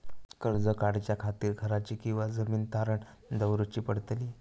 कर्ज काढच्या खातीर घराची किंवा जमीन तारण दवरूची पडतली?